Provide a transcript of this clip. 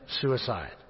suicide